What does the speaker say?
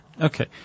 Okay